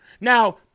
Now